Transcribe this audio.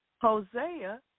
Hosea